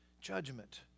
Judgment